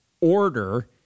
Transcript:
order